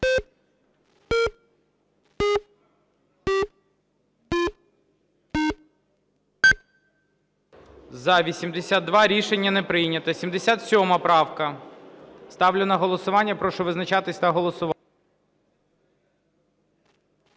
За-82 Рішення не прийнято. 77 правка. Ставлю на голосування. Прошу визначатись та голосувати.